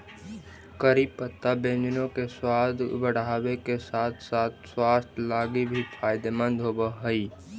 करी पत्ता व्यंजनों के सबाद बढ़ाबे के साथ साथ स्वास्थ्य लागी भी फायदेमंद होब हई